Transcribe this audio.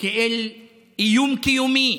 כאל איום קיומי,